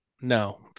No